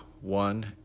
One